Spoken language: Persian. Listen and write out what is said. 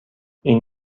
این